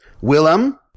Willem